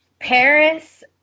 Paris